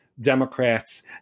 Democrats